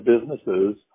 businesses